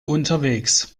unterwegs